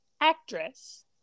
Actress